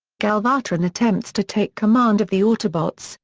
galvatron attempts to take command of the autobots,